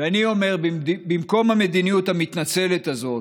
ואני אומר: במקום המדיניות המתנצלת הזאת,